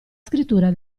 scrittura